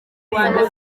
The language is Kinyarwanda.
rwanda